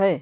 हइ